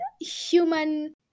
human